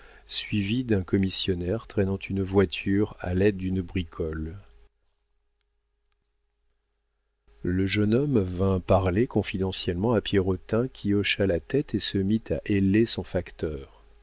suivis d'un commissionnaire traînant une voiture à l'aide d'une bricole le jeune homme vint parler confidentiellement à pierrotin qui hocha la tête et se mit à héler son facteur